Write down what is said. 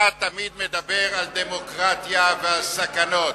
אתה תמיד מדבר על דמוקרטיה והסכנות.